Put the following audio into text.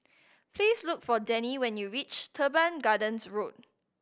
please look for Dannie when you reach Teban Gardens Road